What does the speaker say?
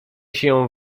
sieją